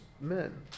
men